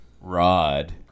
rod